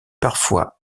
parfois